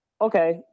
okay